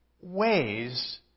ways